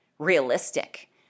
realistic